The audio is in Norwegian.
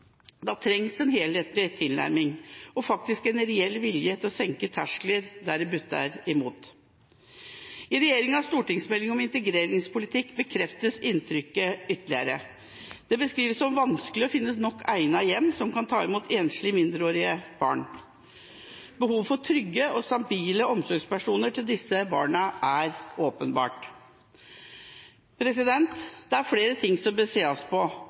Da trengs en helhetlig tilnærming og faktisk en reell vilje til å senke terskler der det butter imot. I regjeringas stortingsmelding om integreringspolitikk bekreftes inntrykket ytterligere. Det beskrives som vanskelig å finne mange nok egnede hjem som kan ta imot enslige mindreårige. Behovet for trygge og stabile omsorgspersoner for disse barna er åpenbart. Det er flere ting som bør sees på,